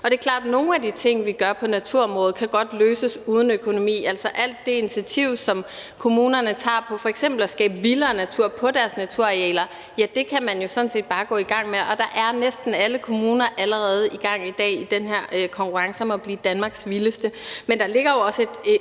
Det er klart, at nogle af de ting, vi gør på naturområdet, godt kan løses uden økonomi. Alle de initiativer, kommunerne tager til f.eks. at skabe vildere natur på deres naturarealer, kan man jo sådan set bare gå i gang med. Og der er næsten alle kommuner i dag allerede i gang i den her konkurrence om at blive Danmarks vildeste kommune. Men der er jo også en